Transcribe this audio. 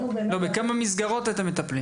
לא, בכמה מסגרות אתם מטפלים?